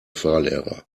fahrlehrer